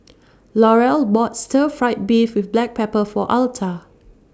Laurel bought Stir Fried Beef with Black Pepper For Alta